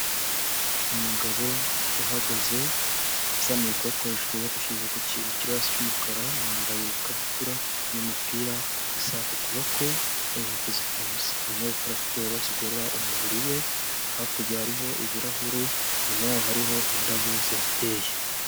Umugabo uhagaze azamuye ukuboko hejuru yagushyize ku kintu kiri hasi cy'umukara, yambaye ikabutura n'umupira, isaha ku kuboko n'inkweto zifunze, arimo gukora siporo zigorora umubiri we, hakurya hariho ibirahure, inyuma yaho hariho indabo zihateye.